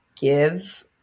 give